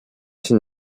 się